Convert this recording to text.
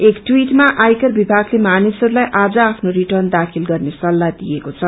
एक टवीटमा आयकर विभागले मानिसहरूलाई आज आफ्नो रिर्टन दाखिल गत्रे सल्लाह दिएको छ